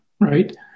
right